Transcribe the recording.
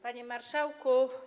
Panie Marszałku!